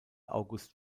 august